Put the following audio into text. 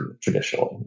traditionally